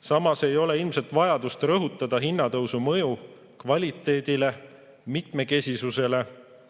Samas ei ole ilmselt vajadust rõhutada hinnatõusu mõju kvaliteedile, mitmekesisusele